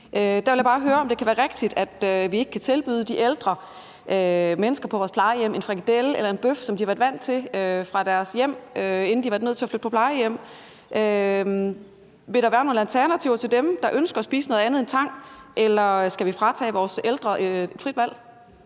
Der vil jeg bare høre, om det kan være rigtigt, at vi ikke kan tilbyde de ældre mennesker på vores plejehjem en frikadelle eller en bøf, sådan som de har været vant til i deres hjem, inden de har været nødt til at flytte på plejehjem. Vil der være nogle alternativer til dem, der ønsker at spise noget andet end tang, eller skal vi fratage vores ældre et frit valg?